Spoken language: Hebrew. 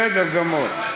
בסדר גמור.